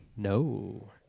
No